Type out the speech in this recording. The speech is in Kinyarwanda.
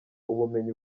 ubumenyi